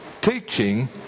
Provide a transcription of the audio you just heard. teaching